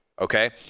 Okay